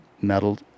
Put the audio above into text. metal